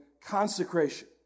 consecration